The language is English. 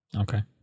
Okay